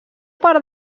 per